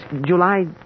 July